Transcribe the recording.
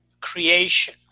creation